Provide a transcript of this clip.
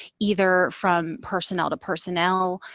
either from personnel to personnel,